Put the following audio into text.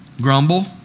grumble